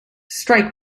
strike